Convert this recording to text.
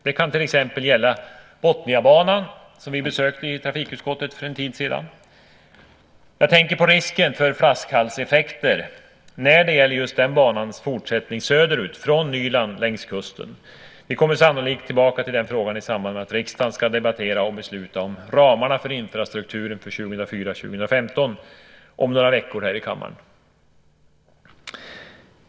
Det kan till exempel gälla Botniabanan, som vi i trafikutskottet besökte för en tid sedan. Jag tänker på risken för flaskhalseffekter när det gäller just den banans fortsättning söderut från Nyland längs kusten. Vi kommer sannolikt tillbaka till den frågan i samband med att riksdagen ska debattera och besluta om ramarna för infrastrukturen för 2004-2015 om några veckor här i kammaren.